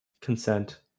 consent